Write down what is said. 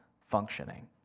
functioning